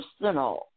personal